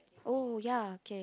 oh ya okay